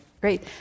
Great